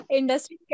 industry